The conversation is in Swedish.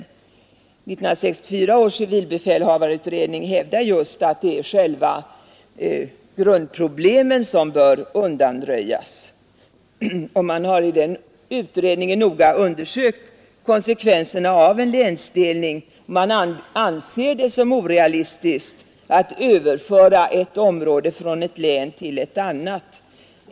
1964 års civilbefälhavareutredning hävdar just att det är själva grundproblemet som bör undanröjas. Inom den utredningen har man noga undersökt konsekvenserna av en länsdelning. Det anses orealistiskt att överföra ett område från ett län till ett annat.